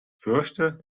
fürchte